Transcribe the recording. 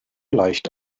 leicht